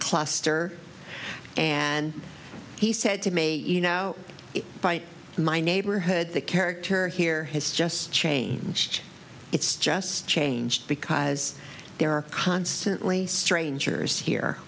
cluster and he said to me you know it's by my neighborhood the character here has just changed it's just changed because there are constantly strangers here